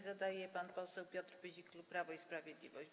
Zadaje je pan poseł Piotr Pyzik, klub Prawo i Sprawiedliwość.